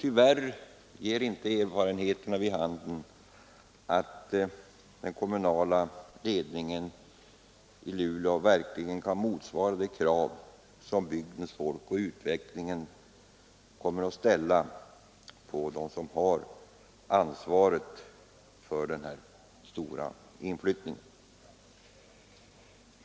Tyvärr ger inte erfarenheterna vid handen att den kommunala ledningen i Luleå verkligen kan motsvara de krav som bygdens folk och utvecklingen kommer att ställa på dem som har ansvaret för denna stora inflyttning.